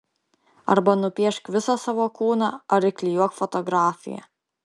arba nupiešk visą savo kūną ar įklijuok fotografiją